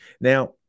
Now